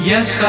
Yes